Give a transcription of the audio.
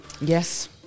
Yes